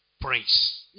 praise